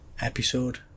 episode